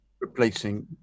Replacing